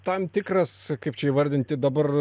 tam tikras kaip čia įvardinti dabar